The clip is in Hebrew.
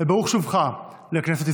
וברוך שובך לכנסת ישראל.